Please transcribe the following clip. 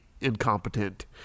incompetent